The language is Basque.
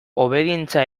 obedientzia